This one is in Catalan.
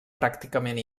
pràcticament